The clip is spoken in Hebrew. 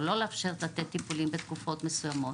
או לא לאפשר לתת טיפולים בתקופות מסוימות.